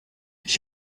ich